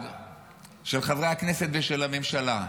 של חברי הכנסת ושל הממשלה,